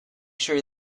sure